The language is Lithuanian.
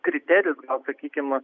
kriterijus gal sakykim